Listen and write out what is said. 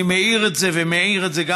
אני מאיר את זה ומעיר את זה,